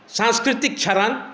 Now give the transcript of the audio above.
सांस्कृतिक क्षरण